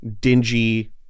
dingy